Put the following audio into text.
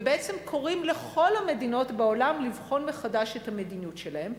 ובעצם קוראים לכל המדינות בעולם לבחון מחדש את המדיניות שלהן.